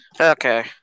Okay